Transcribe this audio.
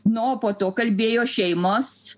na o po to kalbėjo šeimos